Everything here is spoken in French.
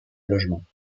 logement